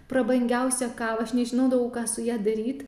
prabangiausią kavą aš nežinodavau ką su ja daryt